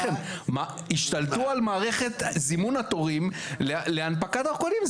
השתלטו על מערכת זימון התורים להנפקת דרכונים.